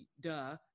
Duh